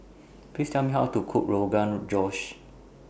Please Tell Me How to Cook Rogan Josh